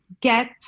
get